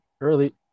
early